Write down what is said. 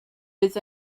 fydd